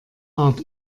art